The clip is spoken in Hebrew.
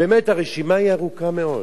באמת הרשימה ארוכה מאוד.